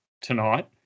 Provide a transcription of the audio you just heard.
tonight